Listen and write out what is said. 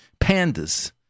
pandas